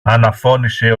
αναφώνησε